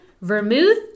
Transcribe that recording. vermouth